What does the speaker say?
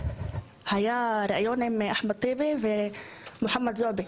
היה ראיון עם אחמד טיבי ועם מוחמד זועבי,